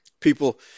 people